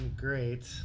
great